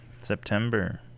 September